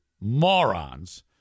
morons